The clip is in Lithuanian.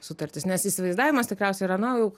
sutartis nes įsivaizdavimas tikriausiai yra na jau